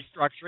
restructuring